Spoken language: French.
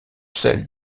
celles